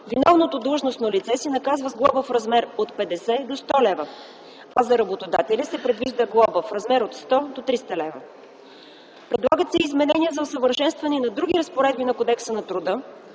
виновното длъжностно лице се наказва с глоба в размер от 50 до 100 лв., а за работодателя се предвижда глоба в размер от 100 до 300 лв. Предлагат се и изменения за усъвършенстване на други разпоредби на Кодекса на труда,